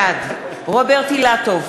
בעד רוברט אילטוב,